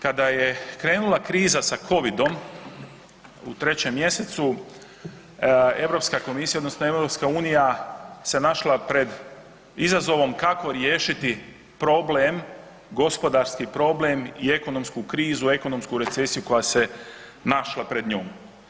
Kada je krenula kriza sa Covidom u 3. mj., EU komisija odnosno EU se našla pred izazovom kako riješiti problem gospodarski problem i ekonomsku krizu, ekonomsku recesiju koja se našla pred njom.